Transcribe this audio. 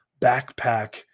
Backpack